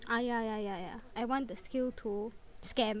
ah ya ya ya ya I want the skill to scam